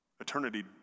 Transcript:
Eternity